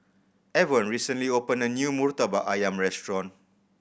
Avon recently opened a new Murtabak Ayam restaurant